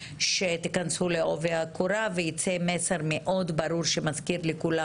שתיכנסו לעובי הקורה וייצא מסר מאוד ברור שיזכיר לכולם